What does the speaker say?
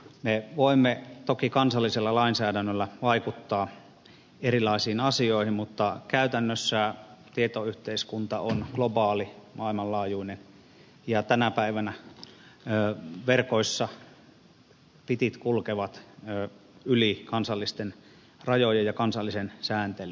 me voimme toki kansallisella lainsäädännöllä vaikuttaa erilaisiin asioihin mutta käytännössä tietoyhteiskunta on globaali maailmanlaajuinen ja tänä päivänä verkoissa bitit kulkevat yli kansallisten rajojen ja kansallisen sääntelyn